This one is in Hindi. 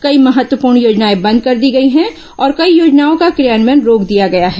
कई महत्वपूर्ण योजनाएं बंद कर दी गई है और कई योजनाओं का क्रियान्वयन रोक दिया गया है